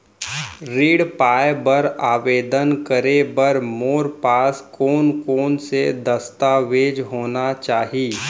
ऋण पाय बर आवेदन करे बर मोर पास कोन कोन से दस्तावेज होना चाही?